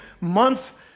month